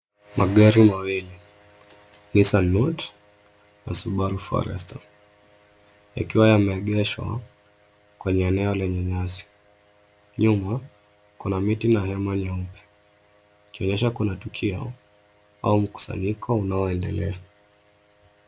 Magari mawili; Nissan Note na Subaru Forester, yakiwa yameegeshwa kwenye eneo lenye nyasi. Nyuma kuna miti na hema nyeupe, ikionyesha kuna tukio au mkusanyiko unaoendelea.